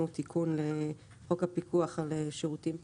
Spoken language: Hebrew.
תיקון לחוק הפיקוח על שירותים פיננסיים,